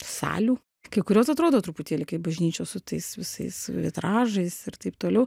salių kai kurios atrodo truputėlį kaip bažnyčios su tais visais vitražais ir taip toliau